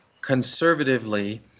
Conservatively